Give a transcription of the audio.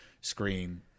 screen